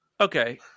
Okay